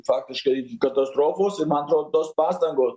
faktiškai katastrofos man atrodo tos pastangos